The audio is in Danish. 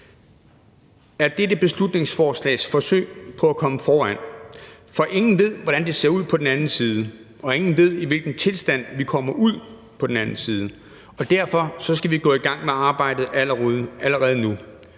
er dette beslutningsforslag et forsøg på at komme foran, for ingen ved, hvordan det ser ud på den anden side, og ingen ved, i hvilket tilstand vi kommer ud på den anden side, og derfor skal vi gå i gang med arbejdet allerede nu.